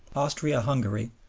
austria-hungary,